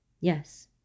Yes